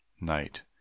night